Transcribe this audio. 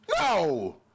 No